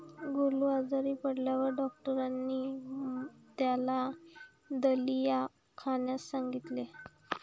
गोलू आजारी पडल्यावर डॉक्टरांनी त्याला दलिया खाण्यास सांगितले